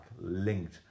linked